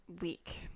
week